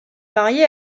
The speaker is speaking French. marié